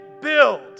build